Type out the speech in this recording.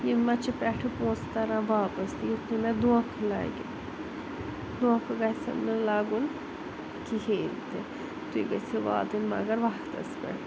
یِم ما چھِ پٮ۪ٹھہٕ پۄنٛسہٕ تَرَان واپَس تہِ یُتھ نہٕ مےٚ دھوکہ لَگہِ دھوکہ گژھیٚم نہٕ لَگُن کِہیٖنۍ تہِ تُہۍ گٔژھیٛو واتٕنۍ مگر وقتَس پٮ۪ٹھ